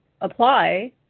apply